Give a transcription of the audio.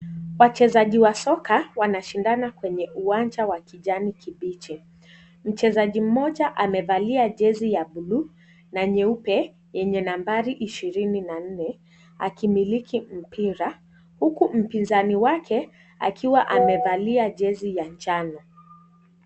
Wachezaji wa soka wanashindana kwenye uwanja wa kijani kibichi. Mchezaji mmoja amevalia jezi ya buluu na nyeupe, yenye nambari ishirini na nne, akimiliki mpira, huku mpinzani wake akiwa amevalia jezi ya njano.